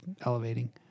elevating